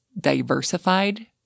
diversified